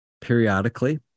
periodically